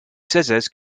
scissors